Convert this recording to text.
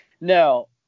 No